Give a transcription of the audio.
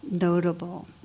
notable